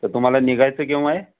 तर तुम्हाला निघायच केव्हा आहे